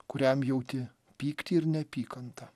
kuriam jauti pyktį ir neapykantą